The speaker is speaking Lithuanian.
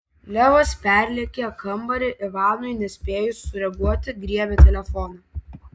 levas perlėkė kambarį ivanui nespėjus sureaguoti griebė telefoną